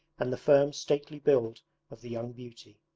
and the firm stately build of the young beauty,